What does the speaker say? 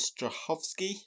Strahovski